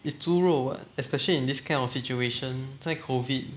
is 猪肉 [what] especially in this kind of situation 在 COVID